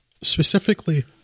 specifically